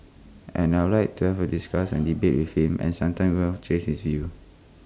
and I would like to have discuss and debate with him and sometimes he will change his view